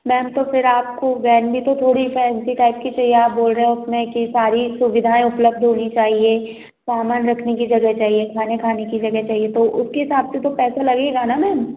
ma'am तो फ़िर आपको वैन भी तो थोड़ी फैंसी टाइप की चाहिए आप बोल रहे हैं उसमें कि सारी सुविधाएँ उपलब्ध होनी चाहिए सामान रखने की जगह चाहिए खाना खाने की जगह चाहिए तो उसके हिसाब से तो पैसा लगेगा ना मैम